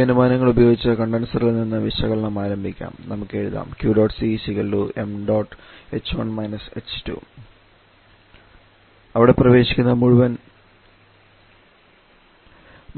ഈ അനുമാനങ്ങൾ ഉപയോഗിച്ച് കണ്ടൻസറിൽ നിന്ന് വിശകലനം ആരംഭിക്കാം നമുക്ക് എഴുതാം അവിടെ പ്രവേശിക്കുന്ന മുഴുവൻ